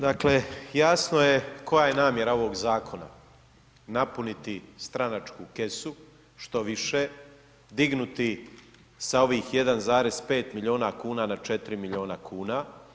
Dakle jasno je koja je namjera ovog zakona, napuniti stranačku kesu što više, dignuti sa ovih 1,5 milijuna kuna na 4 milijuna kuna.